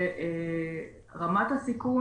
שרמת הסיכון